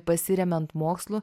pasiremiant mokslu